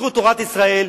בזכות תורת ישראל,